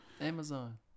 Amazon